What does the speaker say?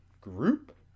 group